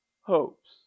hopes